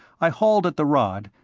i hauled at the rod,